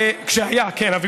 שהיה, כן.